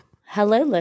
hello